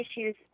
issues